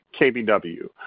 KBW